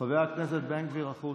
חבר הכנסת בן גביר, החוצה.